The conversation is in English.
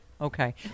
Okay